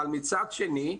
אבל, מצד שני,